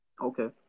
Okay